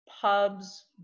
pubs